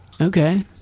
Okay